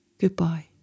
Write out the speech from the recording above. goodbye